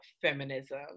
feminism